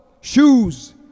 shoes